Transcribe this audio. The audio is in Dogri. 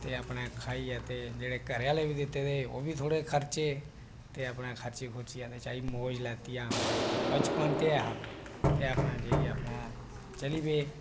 ते अपने खाइयै ते जेहड़े घरे आहले बी लैते दे ओ बी थोड़े खर्चे ते अपने खर्ची खुर्चिये मौज लैती अ'ऊं बचपन ते ऐ हा दे अपने जाइयै अपने चली पे